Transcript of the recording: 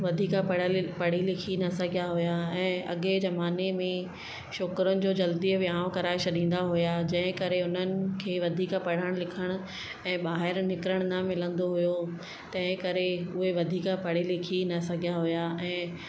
वधीक पढ़ियल पढ़ी लिखी न सघिया हुया ऐं अॻे ज़माने में छोकिरनि जो जल्दी विहांव कराए छॾींदा हुया जंहिं करे उन्हनि खे वधीक पढ़णु लिखणु ऐं ॿाहिरि निकिरणु न मिलंदो हुयो तंहिं करे उहे वधीक पढ़ी लिखी न सघिया हुया ऐं